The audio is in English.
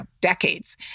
decades